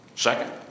Second